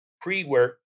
pre-work